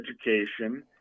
education